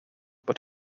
but